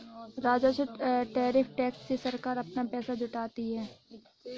राजस्व tariff tax से सरकार अपना पैसा जुटाती है